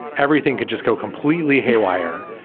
everything could just go completely haywire.